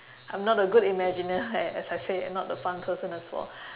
I'm not a good imaginer as I said not a fun person as well